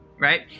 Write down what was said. right